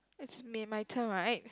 it's me and my turn right